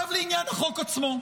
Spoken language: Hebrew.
עכשיו, לעניין החוק עצמו.